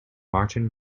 martin